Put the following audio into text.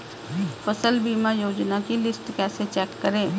फसल बीमा योजना की लिस्ट कैसे चेक करें?